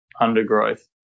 undergrowth